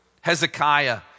Hezekiah